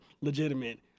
legitimate